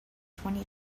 twenty